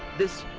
this,